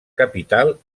capital